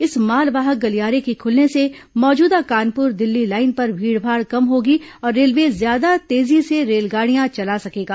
इस मालवाहक गलियारे के खुलने से मौजूदा कानपुर दिल्ली लाइन पर भीड़ भाड़ कम होगी और रेलवे ज्यादा तेजी से रेलगाड़ियां चला सकेगा